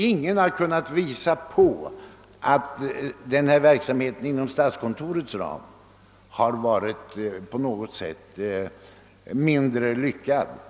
Inger har kunnat påvisa att denna verksamhet inom statskontorets ram på något sätt hår varit mindre lyckad.